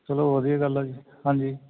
ਚਲੋ ਵਧੀਆ ਗੱਲ ਆ ਜੀ ਹਾਂਜੀ